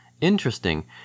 Interesting